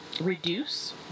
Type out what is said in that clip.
reduce